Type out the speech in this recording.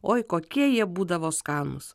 oi kokie jie būdavo skanūs